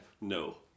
No